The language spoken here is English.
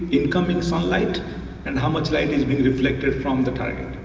incoming sunlight and how much light is being reflected from the target.